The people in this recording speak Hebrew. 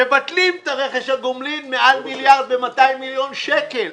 מבטלים את רכש הגומלין מעל מיליארד ו-200 מיליון שקל.